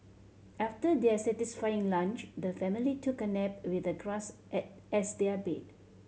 after their satisfying lunch the family took a nap with the grass as their bed